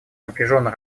напряженно